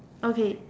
okay